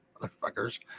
Motherfuckers